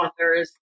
authors